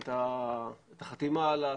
יש לנו את היחידה למניעת זיהום עשן,